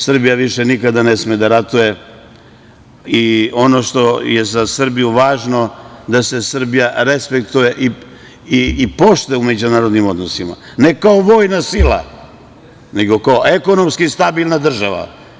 Srbija više nikada ne sme da ratuje i ono što je za Srbiju važno je da se Srbija respektuje i poštuje u međunarodnim odnosima, ne kao vojna sila, nego kao ekonomski stabilna država.